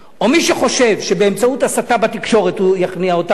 או מי שחושב שבאמצעות הסתה בתקשורת הוא יכניע אותנו,